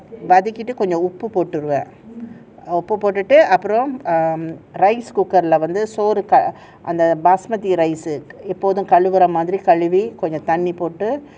வதக்கிட்டு கொஞ்சம் உப்பு போட்டுட்டு உப்பு போட்டுட்டு அப்புறம்:athakkittu konja uppu poattutu uppu poattutu apram um rice cooker வந்து அந்த:vanthu antha basmati rice எப்பவும் கழுவுற மாதிரி கொஞ்சம் தண்ணி போட்டு கழுவிட்டுeppavum kaluvura mathiri konjam thanni poattu kaluvitu